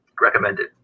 Recommended